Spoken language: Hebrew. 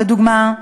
לדוגמה,